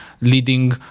leading